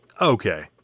Okay